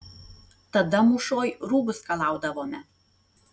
tada mūšoj rūbus skalaudavome